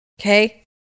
okay